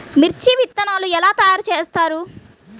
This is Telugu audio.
మిర్చి విత్తనాలు ఎలా తయారు చేస్తారు?